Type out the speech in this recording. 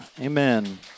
Amen